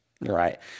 right